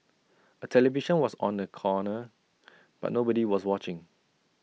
A television was on the corner but nobody was watching